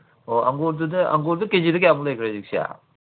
ꯑꯣ ꯑꯪꯒꯨꯔꯗꯨꯅ ꯑꯪꯒꯨꯔꯗꯨ ꯀꯦ ꯖꯤꯗ ꯀꯌꯥꯃꯨꯛ ꯂꯩꯒ꯭ꯔꯦ ꯍꯧꯖꯤꯛꯁꯦ